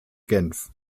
genf